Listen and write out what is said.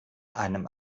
einem